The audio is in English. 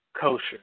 kosher